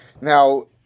Now